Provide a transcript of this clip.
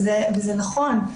וזה נכון,